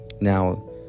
Now